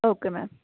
okay ma'am